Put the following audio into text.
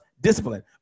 discipline